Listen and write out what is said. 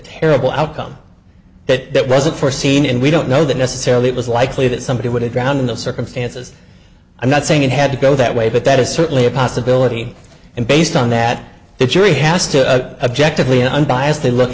terrible outcome that that wasn't foreseen and we don't know that necessarily it was likely that somebody would have drowned in the circumstances i'm not saying it had to go that way but that is certainly a possibility and based on that the jury has to a jack to be unbiased to look